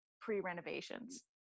pre-renovations